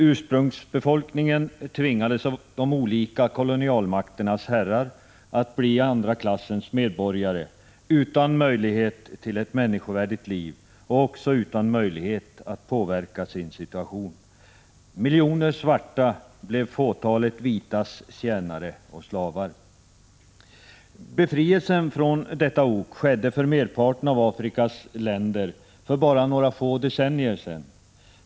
Ursprungsbefolkningen tvingades av de olika kolonialmakternas herrar att bli andra klassens medborgare, utan möjlighet till ett människovärdigt liv och också utan möjlighet att påverka sin situation. Miljoner svarta blev fåtalet vitas tjänare och slavar. Befrielsen från detta ok skedde för merparten av Afrikas länder för bara några få decennier sedan.